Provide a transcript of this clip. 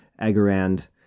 Agarand